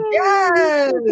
Yes